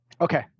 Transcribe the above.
Okay